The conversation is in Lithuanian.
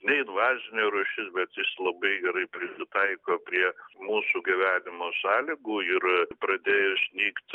neinvazinė rūšis bet jis labai gerai prisitaiko prie mūsų gyvenimo sąlygų ir pradėjus nykti